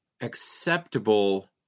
acceptable